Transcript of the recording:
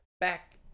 Back